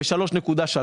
ב-3.3%.